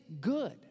good